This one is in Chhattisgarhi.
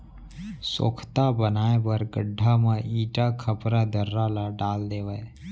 सोख्ता बनाए बर गड्ढ़ा म इटा, खपरा, दर्रा ल डाल देवय